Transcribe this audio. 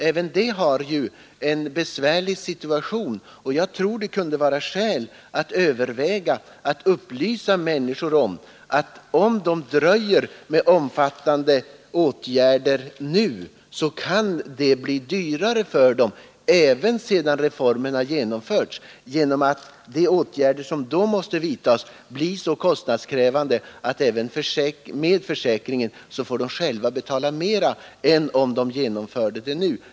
Även det leder ju till en besvärlig situation, och jag tror det kunde vara skäl att överväga att upplysa människor om att ifall de dröjer med omfattande åtgärder, så kan det bli dyrare för dem även sedan reformen har genomförts. Detta på grund av att de åtgärder som då måste vidtagas blir så kostnadskrävande att patienterna, också med utnyttjande av försäkringen, själva får betala mera än om de genomförde tandvårdsåtgärderna nu.